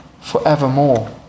forevermore